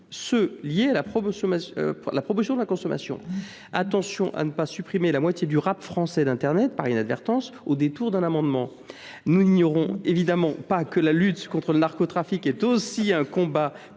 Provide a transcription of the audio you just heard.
sont liés à la promotion de la consommation. Attention à ne pas faire disparaître d’internet la moitié du rap français, par inadvertance, au détour d’un amendement ! Nous n’ignorons évidemment pas que la lutte contre le narcotrafic est, aussi, un combat